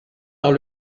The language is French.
dans